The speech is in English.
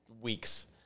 weeks